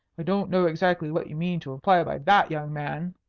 i don't know exactly what you mean to imply by that, young man,